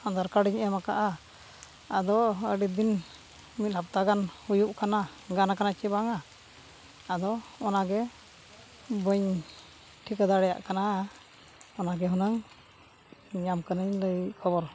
ᱟᱫᱷᱟᱨᱠᱟᱨᱰᱤᱧ ᱮᱢ ᱟᱠᱟᱜᱼᱟ ᱟᱫᱚ ᱟᱹᱰᱤᱫᱤᱱ ᱢᱤᱫ ᱦᱟᱯᱛᱟ ᱜᱟᱱ ᱦᱩᱭᱩᱜ ᱠᱟᱱᱟ ᱜᱟᱱ ᱟᱠᱟᱱᱟ ᱪᱮ ᱵᱟᱝᱟ ᱟᱫᱚ ᱚᱱᱟᱜᱮ ᱵᱟᱹᱧ ᱴᱷᱤᱠᱟᱹ ᱫᱟᱲᱮᱭᱟᱜ ᱠᱟᱱᱟ ᱚᱱᱟᱜᱮ ᱦᱩᱱᱟᱹᱝ ᱧᱟᱢ ᱠᱟᱹᱱᱟᱹᱧ ᱞᱟᱹᱭ ᱠᱷᱚᱵᱚᱨ